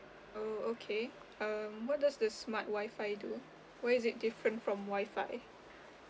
oh okay um what does the smart Wi-Fi do why is it different from Wi-Fi